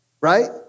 right